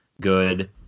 good